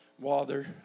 water